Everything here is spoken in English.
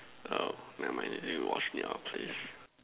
err never mind did you watch me I will play